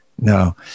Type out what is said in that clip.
No